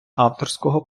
авторського